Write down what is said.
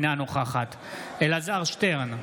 אינה נוכחת אלעזר שטרן,